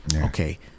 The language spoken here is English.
Okay